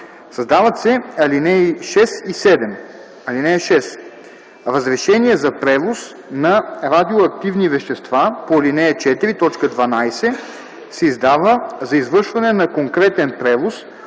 Създават се ал. 6 и 7: „(6) Разрешение за превоз на радиоактивни вещества по ал. 4, т. 12 се издава за извършване на конкретен превоз,